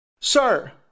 Sir